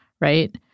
right